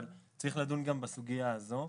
צריך לדון גם בסוגיה הזאת.